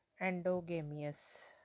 endogamous